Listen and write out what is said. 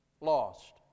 Lost